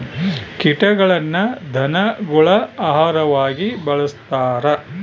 ಕೀಟಗಳನ್ನ ಧನಗುಳ ಆಹಾರವಾಗಿ ಬಳಸ್ತಾರ